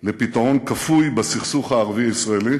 לפתרון כפוי בסכסוך הערבי ישראלי,